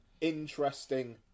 interesting